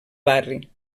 barri